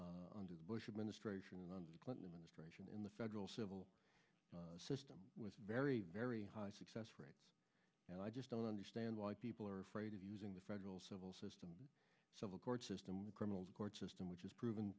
and bush administration the clinton administration in the federal civil system was very very high success rate and i just don't understand why people are afraid of using the federal civil system civil court system criminal court system which is proven